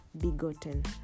begotten